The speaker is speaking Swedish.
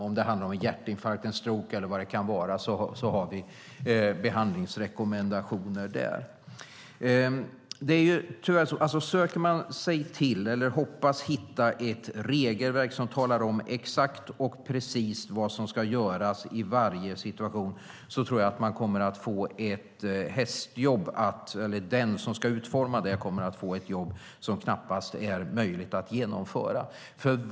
Om det handlar om hjärtinfarkt, en stroke eller vad det kan vara finns det behandlingsrekommendationer. Man kanske hoppas hitta ett regelverk som talar om exakt och precis vad som ska göras i varje situation, men jag tror att den som ska utforma ett sådant kommer att få ett jobb som knappast är möjligt att genomföra.